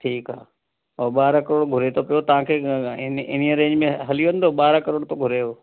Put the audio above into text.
ठीकु आहे हूअ ॿारहं करोड़ घुरे थो पियो तव्हांखे अ इन इन्हीअ रेंज में हली वेंदो ॿारहं करोड़ थो घुरे उहो